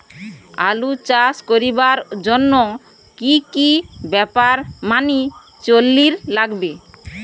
আলু চাষ করিবার জইন্যে কি কি ব্যাপার মানি চলির লাগবে?